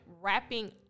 wrapping